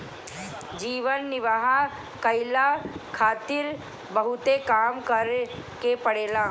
जीवन निर्वाह कईला खारित बहुते काम करे के पड़ेला